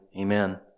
Amen